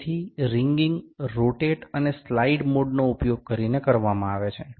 તેથી ringing rotate અને slide મોડનો ઉપયોગ કરીને કરવામાં આવે છે